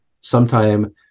sometime